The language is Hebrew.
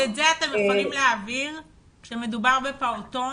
את זה אתם יכולים להעביר כאשר מדובר בפעוטון?